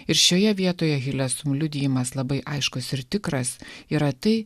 ir šioje vietoje hilesum liudijimas labai aiškus ir tikras yra tai